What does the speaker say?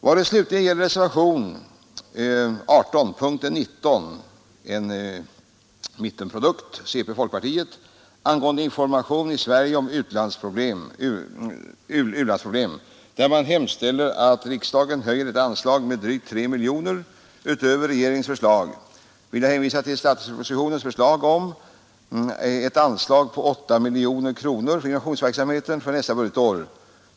Vad slutligen gäller reservationen 18 vid punkten 19 — en mittenprodukt från centerpartiet och folkpartiet — angående information i Sverige om u-landsproblem, där man hemställer att riksdagen höjer detta anslag med drygt 3 miljoner kronor utöver regeringens förslag, vill jag hänvisa till statsverkspropositionens förslag om ett anslag på 8 miljoner kronor för informationsverksamheten nästa budgetår.